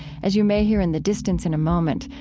as you may hear in the distance in a moment,